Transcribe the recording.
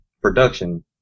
production